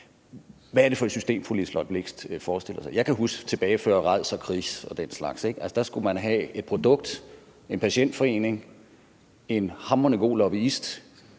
Hvad er det for et system, som fru Liselott Blixt forestiller sig? Jeg kan huske tilbage før RADS og KRIS og den slags. Dengang skulle man have et produkt, en patientforening, en hamrende god lobbyist